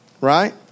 Right